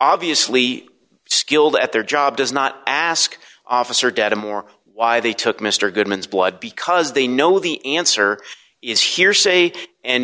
obviously skilled at their job does not ask officer dedham or why they took mr goodmans blood because they know the answer is hearsay and